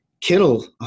Kittle